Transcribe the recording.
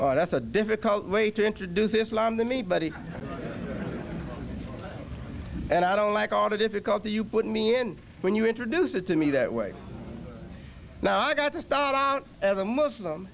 if a difficult way to introduce islam the me buddy and i don't like all the difficulty you put me in when you introduce it to me that way now i got to start out as a muslim